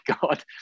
god